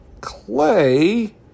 clay